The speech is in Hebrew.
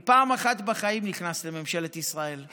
אני פעם אחת בחיים נכנס לממשלת ישראל.